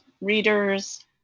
readers